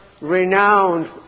renowned